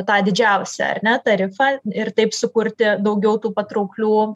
tą didžiausią ar ne tarifą ir taip sukurti daugiau tų patrauklių